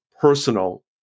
personal